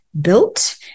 built